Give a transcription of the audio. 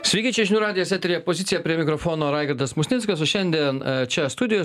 sveiki čia žinių radijas eteryje pozicija prie mikrofono raigardas musnickas o šiandien čia studijos